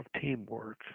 teamwork